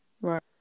right